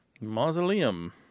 Mausoleum